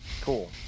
Cool